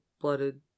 blooded